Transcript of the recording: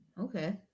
Okay